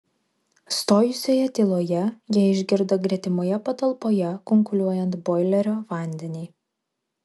stojusioje tyloje jie išgirdo gretimoje patalpoje kunkuliuojant boilerio vandenį